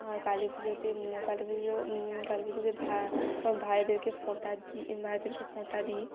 কালী পুজোতে কালী পুজো কালী পুজোতে ভা ভাইদেরকে ফোঁটা দিই ভাইদেরকে ফোঁটা দিই